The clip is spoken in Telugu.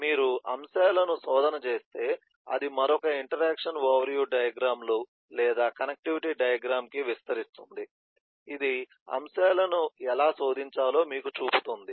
మీరు అంశాలను శోధన చేస్తే అది మరొక ఇంటరాక్షన్ ఓవర్ వ్యూ డయాగ్రమ్ లు లేదా కనెక్టివిటీ డయాగ్రమ్ కి విస్తరిస్తుంది ఇది అంశాలను ఎలా శోధించాలో మీకు చూపుతుంది